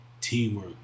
teamwork